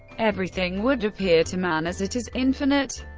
everything would appear to man as it is, infinite.